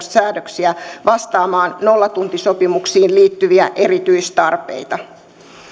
säädöksiä vastaamaan nollatuntisopimuksiin liittyviä erityistarpeita